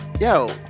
Yo